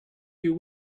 you